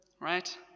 Right